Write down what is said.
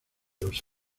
los